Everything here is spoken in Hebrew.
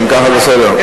אם כך אז בסדר.